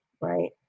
right